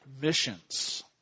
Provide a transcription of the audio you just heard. missions